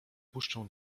puszczę